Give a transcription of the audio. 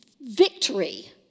victory